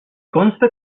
consta